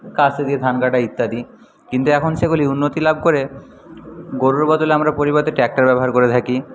কাস্তে দিয়ে ধান কাটা ইত্যাদি কিন্তু এখন সেগুলি উন্নতি লাভ করে গরুর বদলে আমরা পরিবর্তে ট্র্যাক্টর ব্যবহার করে থাকি